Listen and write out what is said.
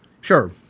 Sure